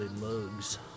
mugs